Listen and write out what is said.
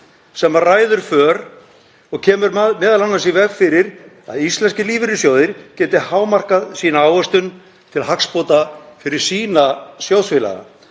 sem ræður för og kemur m.a. í veg fyrir að íslenskir lífeyrissjóðir geti hámarkað sína ávöxtun til hagsbóta fyrir sína sjóðfélaga.